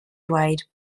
dweud